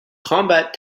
combat